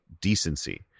decency